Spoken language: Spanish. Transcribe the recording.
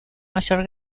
mayor